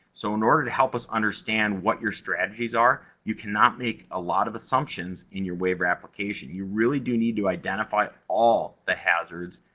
so, in order to help us understand what your strategies are, you cannot make a lot of assumptions in your waiver application. you really do need to identify all the hazards,